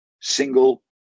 single